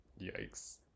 yikes